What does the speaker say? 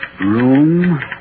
room